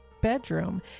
bedroom